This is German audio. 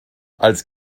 als